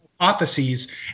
hypotheses